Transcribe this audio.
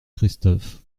christophe